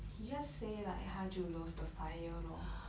he just say like 他就 lost the fire lor